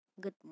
good